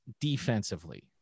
defensively